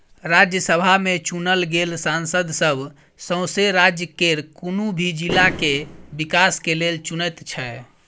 राज्यसभा में चुनल गेल सांसद सब सौसें राज्य केर कुनु भी जिला के विकास के लेल चुनैत छै